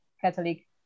Catholic